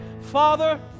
Father